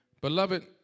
Beloved